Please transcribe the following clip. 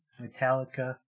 Metallica